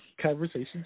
Conversation